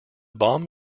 bomb